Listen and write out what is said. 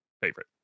favorite